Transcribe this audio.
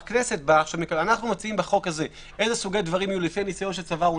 אנחנו מציעים בחוק הזה מה יהיה לפי הניסיון שצברנו,